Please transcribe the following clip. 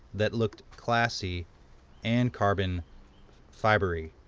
that looked classy and carbon fibery.